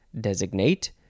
designate